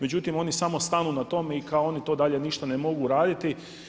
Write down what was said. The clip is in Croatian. Međutim, oni samo stanu na tome i kao oni to dalje ništa ne mogu raditi.